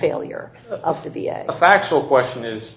failure of the factual question is